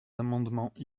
amendements